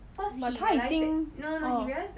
but 他已经 orh